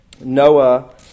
Noah